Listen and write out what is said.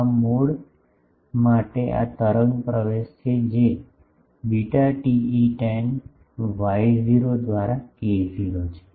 આ મોડ માટે આ તરંગ પ્રવેશ છે જે બીટા TE10 Y0 દ્વારા K0 છે